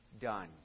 done